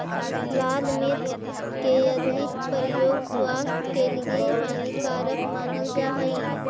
लाल मिर्च के अधिक प्रयोग स्वास्थ्य के लिए हानिकारक मानल जा हइ